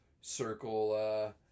Circle